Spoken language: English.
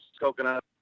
coconut